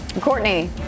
Courtney